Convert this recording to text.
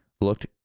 looked